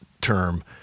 term